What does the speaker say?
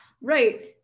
right